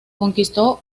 conquistó